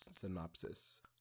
synopsis